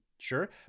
sure